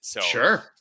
Sure